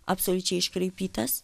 absoliučiai iškraipytas